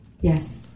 Yes